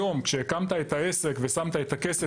הוועד הוקם לטובת זכויות העובדים, לשמור עליהם.